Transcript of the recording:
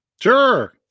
Sure